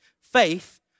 faith